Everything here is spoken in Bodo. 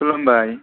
खुलुमबाय